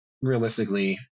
realistically